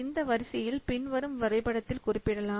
இந்த வரிசையில் பின்வரும் வரைபடத்தில் குறிப்பிடலாம்